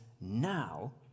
now